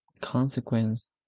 consequence